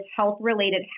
health-related